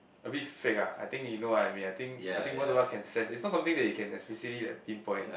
a bit fake ah I think you know what I mean I think I think most of us can sense is not something that you can especially like pin point